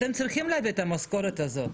אתם צריכים להביא את המשכורת הזאת,